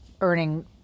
earning